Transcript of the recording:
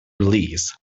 release